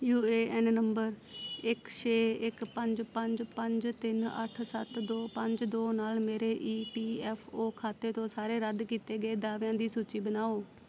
you A N ਨੰਬਰ ਇੱਕ ਛੇ ਇੱਕ ਪੰਜ ਪੰਜ ਪੰਜ ਤਿੰਨ ਅੱਠ ਸੱਤ ਦੋ ਪੰਜ ਦੋ ਨਾਲ ਮੇਰੇ ਈ ਪੀ ਐੱਫ ਓ ਖਾਤੇ ਤੋਂ ਸਾਰੇ ਰੱਦ ਕੀਤੇ ਗਏ ਦਾਅਵਿਆਂ ਦੀ ਸੂਚੀ ਬਣਾਓ